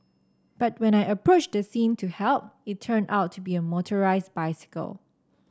but when I approached the scene to help it turned out to be a motorised bicycle